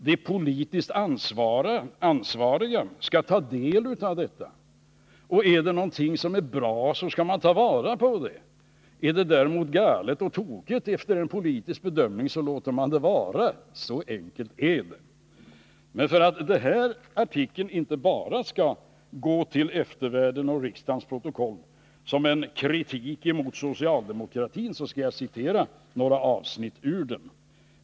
De politiskt ansvariga inom socialdemokratins ledning skall ta del av detta, och är det någonting som är bra, skall man ta vara på det, men är det däremot, efter en politisk bedömning, galet och tokigt, så låter man det vara. Så enkelt är det. Men för att den här artikeln inte bara skall gå till eftervärlden och riksdagens protokoll som en kritik mot socialdemokratin skall jag referera några avsnitt ur den.